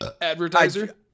advertiser